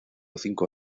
cinco